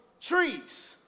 trees